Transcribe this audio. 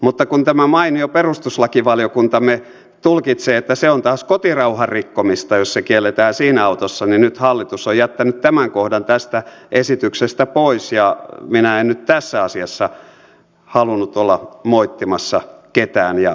mutta kun tämä mainio perustuslakivaliokuntamme tulkitsee että se on taas kotirauhan rikkomista jos se kielletään siinä autossa niin nyt hallitus on jättänyt tämän kohdan tästä esityksestä pois ja minä en nyt tässä asiassa halunnut olla moittimassa ketään